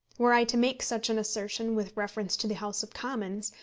were i to make such an assertion with reference to the house of commons,